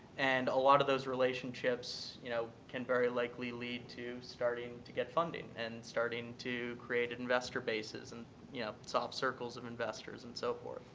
and a lot of those relationships, you know can very likely lead to starting to get funding and starting to create investor bases and you know soft circles of investors and so forth.